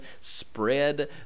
Spread